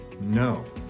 no